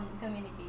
communicate